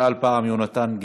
שאל פעם יהונתן גפן,